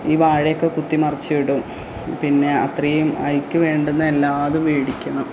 ഈ വാഴയൊക്കെ കുത്തിമറിച്ചിടും പിന്നെ അത്രയും ഐക്ക് വേണ്ടുന്ന എല്ലാതും മേടിക്കണം